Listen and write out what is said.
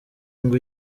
ngo